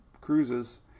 cruises